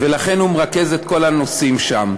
ולכן הוא מרכז את כל הנושאים שם.